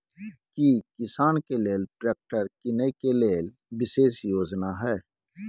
की किसान के लेल ट्रैक्टर कीनय के लेल विशेष योजना हय?